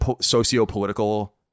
socio-political